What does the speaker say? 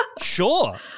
Sure